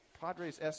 Padres